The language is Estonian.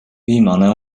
viimane